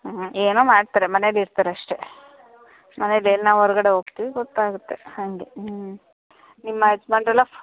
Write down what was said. ಹಾಂ ಏನೋ ಮಾಡ್ತಾರೆ ಮನೇಲಿರ್ತಾರೆ ಅಷ್ಟೇ ಮನೆ ಹೊರ್ಗಡೆ ಹೋಗ್ತಿವಿ ಗೊತ್ತಾಗುತ್ತೆ ಹಾಗೆ ಹ್ಞೂ ನಿಮ್ಮ ಯಜಮಾನ್ರೆಲ್ಲ